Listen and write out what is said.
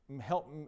help